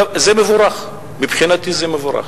זה מבורך, מבחינתי זה מבורך.